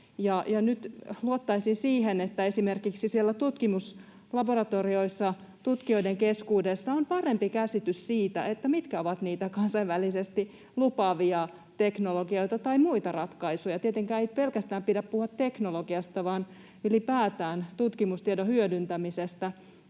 luottaisin siihen, että esimerkiksi siellä tutkimuslaboratorioissa tutkijoiden keskuudessa on parempi käsitys siitä, mitkä ovat niitä kansainvälisesti lupaavia teknologioita tai muita ratkaisuja. Tietenkään ei pelkästään pidä puhua teknologiasta, vaan ylipäätään tutkimustiedon hyödyntämisestä.